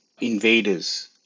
invaders